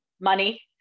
money